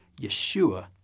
Yeshua